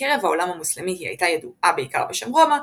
בקרב העולם המוסלמי היא הייתה ידועה בעיקר בשם רומא,